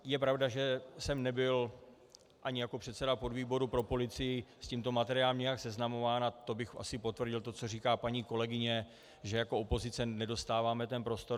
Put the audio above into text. Je pravda, že jsem nebyl ani jako předseda podvýboru pro policii s tímto materiálem nijak seznamován, a to bych asi potvrdil to, co říká paní kolegyně, že jako opozice nedostáváme prostor.